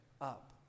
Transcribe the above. up